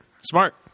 Smart